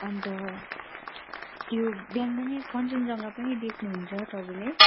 अन्त त्यो बिहान बिहानै कञ्चनजङ्घा पनि देख्नुहुन्छ तपाईँले